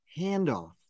handoff